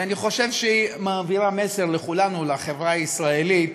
ואני חושב שהוא מעביר מסר לכולנו, לחברה הישראלית,